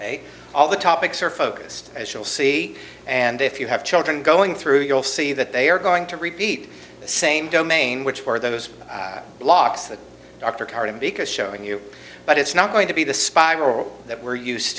did all the topics are focused as you'll see and if you have children going through you'll see that they are going to repeat the same domain which for those blocks the dr carter because showing you but it's not going to be the spiral that we're used